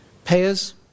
Payers